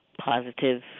positive